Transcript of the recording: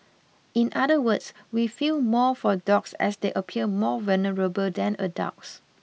in other words we feel more for dogs as they appear more vulnerable than adults